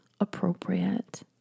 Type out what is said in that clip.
appropriate